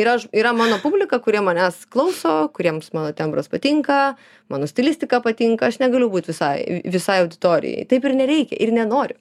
ir aš yra mano publika kurie manęs klauso kuriems mano tembras patinka mano stilistika patinka aš negaliu būti visai visai auditorijai taip ir nereikia ir nenoriu